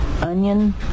Onion